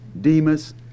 Demas